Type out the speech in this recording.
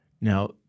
Now